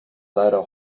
leider